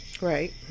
Right